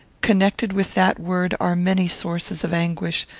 connected with that word are many sources of anguish,